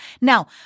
Now